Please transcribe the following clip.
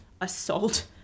assault